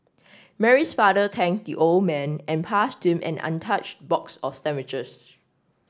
Mary's father thanked the old man and passed him an untouched box of sandwiches